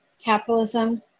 capitalism